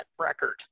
record